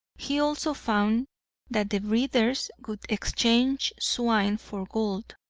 he also found that the breeders would exchange swine for gold.